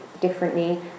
differently